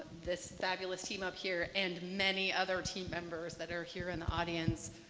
this fabulous team up here and many other team members that are here in the audience.